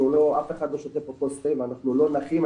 אף אחד לא שותה פה כוס תה ואנחנו לא נחים,